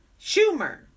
Schumer